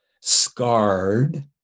scarred